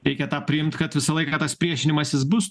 reikia tą priimt kad visą laiką tas priešinimasis bus